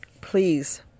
Please